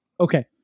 Okay